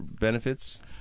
benefits